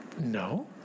No